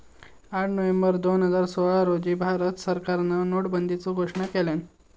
आठ नोव्हेंबर दोन हजार सोळा रोजी भारत सरकारान नोटाबंदीचो घोषणा केल्यान